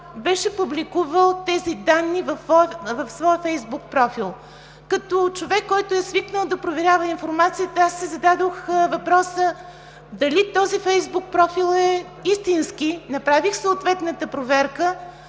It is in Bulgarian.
беше публикувал тези данни в своя Фейсбук профил. Като човек, който е свикнал да проверява информацията, аз си зададох въпроса дали този Фейсбук профил е истински. Направих съответната проверка,